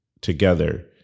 together